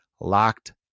locked